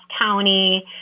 County